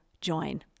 join